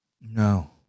No